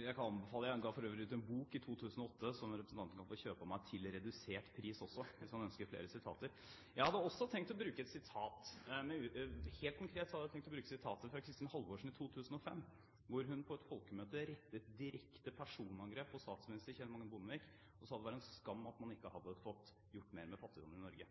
Jeg kan for øvrig anbefale en bok jeg ga ut i 2008, som representanten kan få kjøpe av meg, til redusert pris også, hvis han ønsker flere sitater. Jeg hadde også tenkt å bruke et sitat. Helt konkret hadde jeg tenkt å bruke sitat fra Kristin Halvorsen i 2005, hvor hun på et folkemøte rettet direkte personangrep på statsminister Kjell Magne Bondevik og sa at det var en skam at man ikke hadde fått gjort mer med fattigdommen i Norge.